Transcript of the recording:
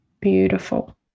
Beautiful